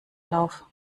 lauf